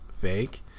fake